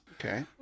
Okay